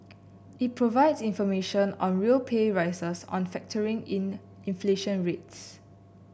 it provides information on real pay rises on factoring in inflation rates